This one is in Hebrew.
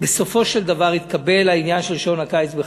בסופו של דבר התקבל העניין של שעון קיץ בחקיקה.